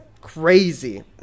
crazy